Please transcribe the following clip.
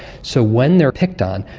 so when they are picked on,